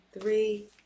three